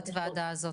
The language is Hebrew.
בתת וועדה הזו?